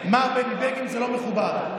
מר בני בגין, זה לא מכובד.